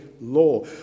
law